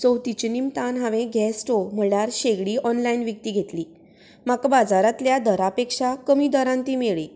चवथीचे निमतान हांवें gas stove म्हळ्यार शेगडी ऑनलायन विकती घेतली म्हाका बाजारांतल्या दरा पेक्षा कमी दरांत ती मेळ्ळी